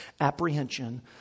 apprehension